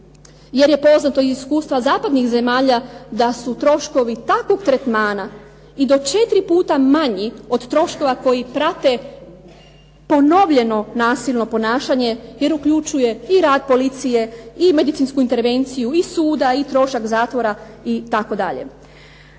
jer je poznato iz iskustva zapadnih zemalja da su troškovi takvog tretmana i do 4 puta manji od troškova koji prate ponovljeno nasilno ponašanje jer uključuje i rad policije i medicinsku intervenciju i suda i trošak zatvora itd.